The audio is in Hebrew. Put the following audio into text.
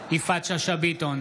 יפעת שאשא ביטון,